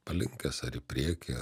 palinkęs ar į priekį